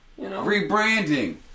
Rebranding